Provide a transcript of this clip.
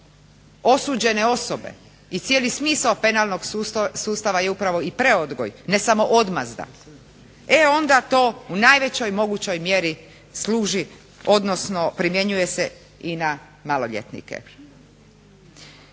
osuđene osobe i cijeli smisao penalnog sustava je upravo i preodgoj ne samo odmazda. E onda to u najvećoj mogućoj mjeri služi odnosno primjenjuje se i na maloljetnike.